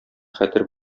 хәтер